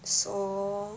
so